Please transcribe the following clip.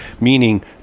meaning